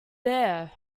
there